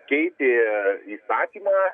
keitė įstatymą